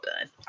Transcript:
done